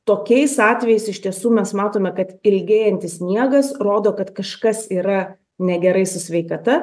tokiais atvejais iš tiesų mes matome kad ilgėjantis miegas rodo kad kažkas yra negerai su sveikata